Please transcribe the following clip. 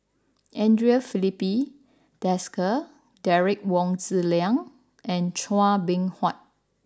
Andre Filipe Desker Derek Wong Zi Liang and Chua Beng Huat